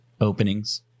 openings